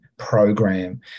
program